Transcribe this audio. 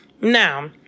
now